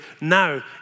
now